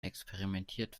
experimentiert